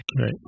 right